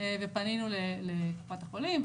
ופנינו לקופת החולים.